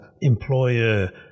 employer